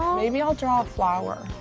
maybe i'll draw a flower.